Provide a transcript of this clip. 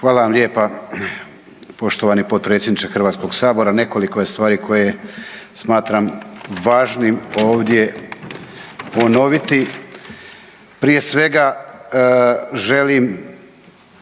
Hvala vam lijepa poštovani potpredsjedniče Hrvatskog sabora. Nekoliko je stvari koje smatram važnim ovdje ponoviti. Prije svega želim